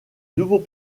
nouveaux